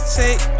take